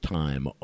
time